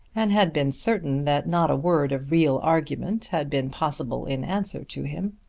and had been certain that not a word of real argument had been possible in answer to him.